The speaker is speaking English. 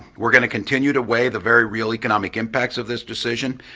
we're going to continue to weigh the very real economic impacts of this decision,